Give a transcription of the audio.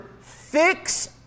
fix